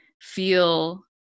feel